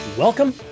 Welcome